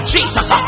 Jesus